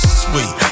sweet